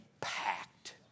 packed